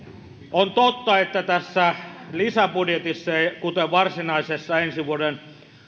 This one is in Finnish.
on totta että tässä lisäbudjetissa kuten varsinaisessa ensi vuoden